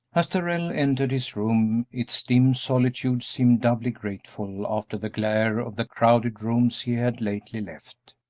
as darrell entered his room its dim solitude seemed doubly grateful after the glare of the crowded rooms he had lately left.